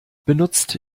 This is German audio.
benutzt